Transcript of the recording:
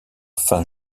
fin